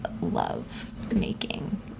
love-making